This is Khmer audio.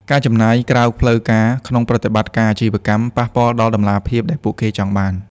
ការចំណាយក្រៅផ្លូវការក្នុងប្រតិបត្តិការអាជីវកម្ម ប៉ះពាល់ដល់តម្លាភាពដែលពួកគេចង់បាន។